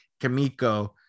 Kamiko